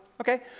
okay